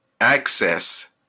access